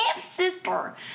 sister